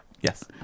yes